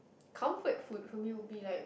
comfort food for me will be like